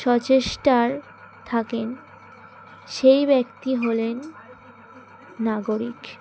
সচেষ্ট থাকেন সেই ব্যক্তি হলেন নাগরিক